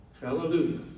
Hallelujah